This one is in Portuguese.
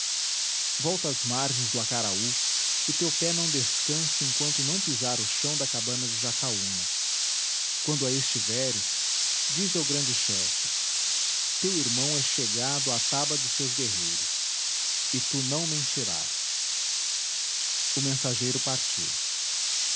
volta às margens do acaraú e teu pé não descanse enquanto não pisar o chão da cabana de jacaúna quando aí estiveres dize ao grande chefe teu irmão é chegado à taba de seus guerreiros e tu não mentirás o mensageiro partiu